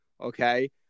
Okay